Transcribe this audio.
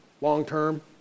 long-term